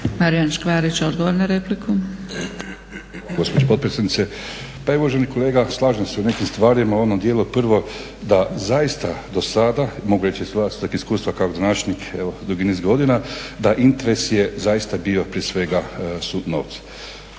**Škvarić, Marijan (HNS)** Gospođo potpredsjednice, pa evo uvaženi kolega slažem se u nekim stvarima, u onom dijelu prvo da zaista do sada, mogu reći iz vlastitog iskustva kao gradonačelnik, evo dugi niz godina, da interes je zaista bio prije svega su novci.